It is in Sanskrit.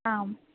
आम्